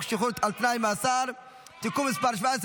שחרור על תנאי ממאסר (תיקון מס' 17,